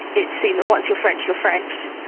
it seen that once you're french, you're french.